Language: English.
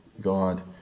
God